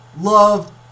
Love